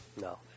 No